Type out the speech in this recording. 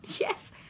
yes